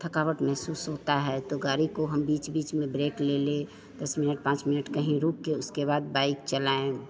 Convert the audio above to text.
थकावट महसूस होती है तो गाड़ी को हम बीच बीच में ब्रेक ले लें दस मिनट पाँच मिनट कहीं रुककर उसके बाद बाइक़ चलाएँ